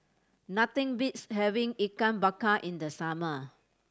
nothing beats having Ikan Bakar in the summer